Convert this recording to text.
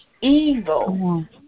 Evil